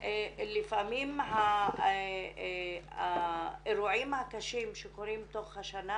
לפעמים האירועים הקשים שקורים בתוך השנה